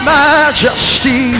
majesty